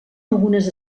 algunes